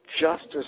Justice